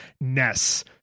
Ness